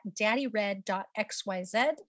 daddyred.xyz